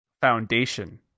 Foundation